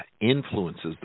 influences